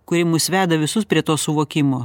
kuri mus veda visus prie to suvokimo